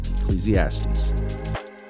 Ecclesiastes